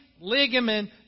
ligament